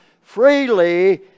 freely